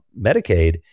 Medicaid